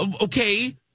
Okay